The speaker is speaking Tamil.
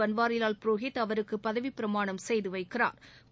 பன்வாரிவால் புரோஹித் அவருக்கு பதவிப்பிரமாணம் செய்து வைக்கிறா்